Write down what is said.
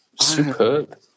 Superb